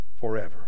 forever